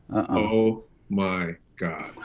oh my god.